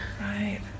Right